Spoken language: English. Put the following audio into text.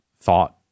thought